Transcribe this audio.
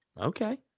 Okay